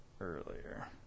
earlier